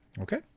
Okay